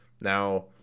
Now